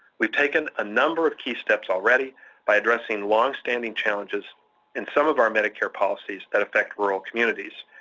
we've taken a number of key steps already by addressing longstanding challenges in some of our medicare policies that affect rural communities.